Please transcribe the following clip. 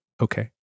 Okay